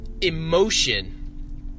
emotion